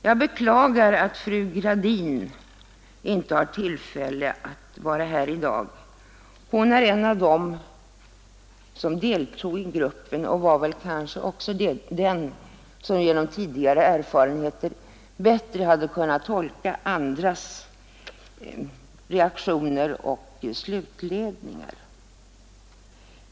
Jag beklagar att fru Gradin inte har tillfälle att vara här i dag. Hon var en av dem som deltog i gruppen, och hon hade väl också på grund av tidigare erfarenheter bättre kunnat tolka andras reaktioner och slutledningar.